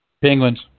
Penguins